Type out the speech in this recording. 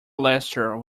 leicester